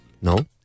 No